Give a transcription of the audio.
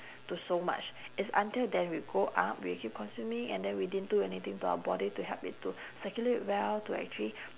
to so much it's until that we grow up we keep consuming and then we didn't do anything to our body to help it to circulate well to actually